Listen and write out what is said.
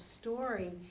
story